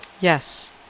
Yes